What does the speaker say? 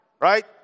right